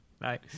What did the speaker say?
Nice